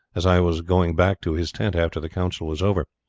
as i was going back to his tent after the council was over.